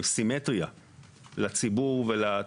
אני לא מריץ אותך ואני לא משגע אותך ואתה לא צריך לסגור ב-1,000 מקומות,